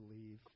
leave